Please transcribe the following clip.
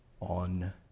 on